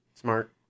Smart